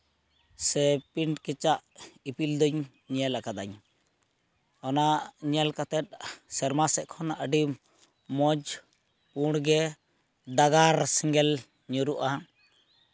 ᱥᱮ ᱯᱨᱤᱱᱴ ᱠᱮᱪᱟᱜ ᱤᱯᱤᱞ ᱫᱚᱧ ᱧᱮᱞ ᱠᱟᱫᱟᱧ ᱚᱱᱟ ᱧᱮᱞ ᱠᱟᱛᱮ ᱥᱮᱨᱢᱟ ᱥᱮᱱ ᱠᱷᱚᱱᱟᱜ ᱟᱹᱰᱤ ᱢᱚᱡᱽ ᱯᱩᱸᱰ ᱜᱮ ᱫᱟᱜᱟᱨ ᱥᱮᱸᱜᱮᱞ ᱧᱩᱨᱦᱩᱜᱼᱟ